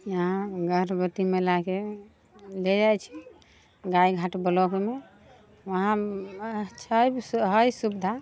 इहाँ गर्भवती महिलाकेँ लऽ जाइत छी गायघाट ब्लॉकमे उहाँ छै हइ सुविधा